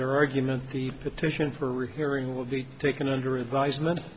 their argument the petition for rehearing will be taken under advisement